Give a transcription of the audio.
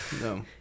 No